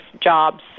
jobs